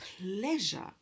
pleasure